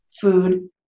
food